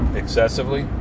excessively